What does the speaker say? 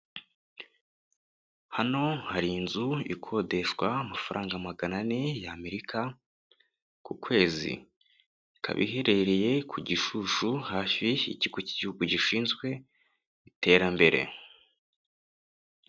Hano hari inzu ikodeshwa amafaranga magana ane y'amerika ku kwezi. Ikaba iherereye ku Gishushu hafi y'ikigo cy'igihugu gishinzwe iterambere.